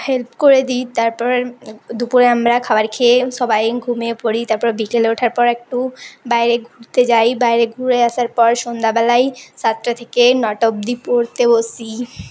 help করে দিই তারপর দুপুরে আমরা খাবার খেয়ে সবাই ঘুমিয়ে পড়ি তারপর বিকেলে ওঠার পর একটু বাইরে ঘুরতে যাই বাইরে ঘুরে আসার পর সন্ধ্যাবেলায় সাতটা থেকে নটা অবধি পড়তে বসি